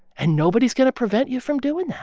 and nobody is going to prevent you from doing that.